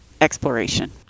exploration